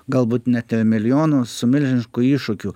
galbūt net ir milijono su milžinišku iššūkiu